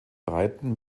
breiten